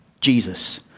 Jesus